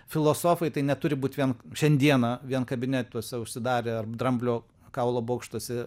filosofai tai neturi būti vien šiandieną vien kabinetuose užsidarę ar dramblio kaulo bokštuose